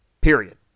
Period